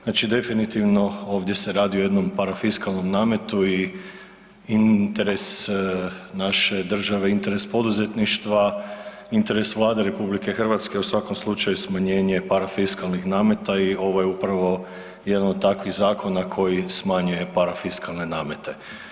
Znači definitivno ovdje se radi o jednom parafiskalnom nametu i interes naše države, interes poduzetništva, interes Vlade RH u svakom slučaju je smanjenje parafiskalnih nameta i ovo je upravo jedan od takvih zakona koji smanjuje parafiskalne namete.